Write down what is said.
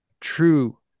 true